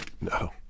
no